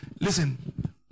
Listen